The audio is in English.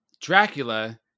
Dracula